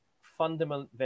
fundamental